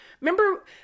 Remember